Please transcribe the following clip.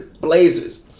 Blazers